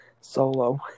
solo